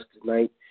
tonight